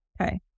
Okay